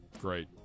Great